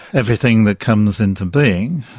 everything that comes into being